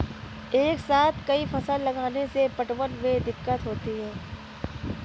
एक साथ कई फसल लगाने से पटवन में दिक्कत होती है